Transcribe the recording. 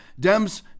Dems